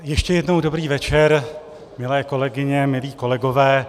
Ještě jednou dobrý večer, milé kolegyně, milí kolegové.